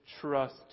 trust